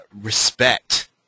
respect